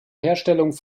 herstellung